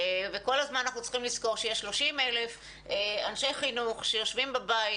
וכל הזמן אנחנו צריכים לזכור שיש 30,000 אנשי חינוך שיושבים בבית,